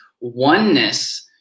oneness